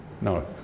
No